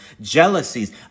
jealousies